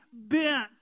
bent